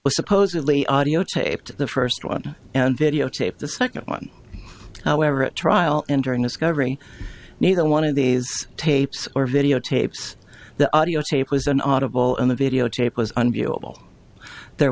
was supposedly audio taped the first one and videotape the second one however at trial and during discovery neither one of these tapes or video tapes the audiotape was an audible on the videotape was on viewable there